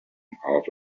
half